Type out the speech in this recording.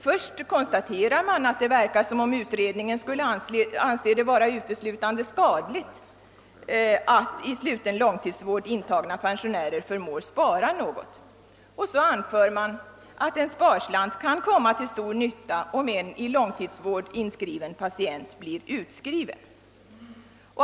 Först konstateras att det verkar som om utredningen skulle anse det vara uteslutande skadligt att i sluten långtidsvård intagna pensionärer förmår spara något, och så anförs att en sparslant kan komma till stor nytta om en i långtidsvård inskriven patient blir utskriven.